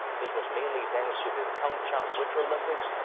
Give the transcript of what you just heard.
this was mainly thanks to the pyeongchang winter olympics,